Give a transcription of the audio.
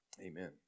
Amen